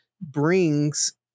brings